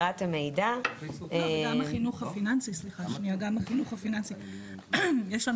וגם החינוך הפיננסי, יש לנו